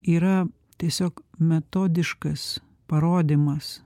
yra tiesiog metodiškas parodymas